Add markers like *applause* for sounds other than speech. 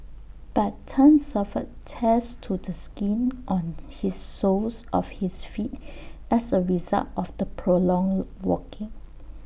but Tan suffered tears to the skin on his soles of his feet as A result of the prolonged *noise* walking